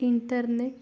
internet